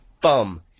bum